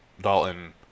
Dalton